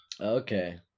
Okay